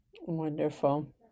Wonderful